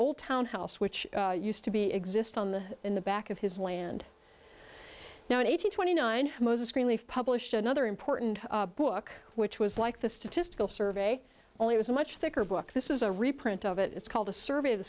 old townhouse which used to be exist on the in the back of his land now eighteen twenty nine moses greenleaf published another important book which was like the statistical survey only was a much thicker book this is a reprint of it it's called a survey of the